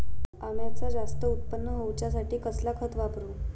अम्याचा जास्त उत्पन्न होवचासाठी कसला खत वापरू?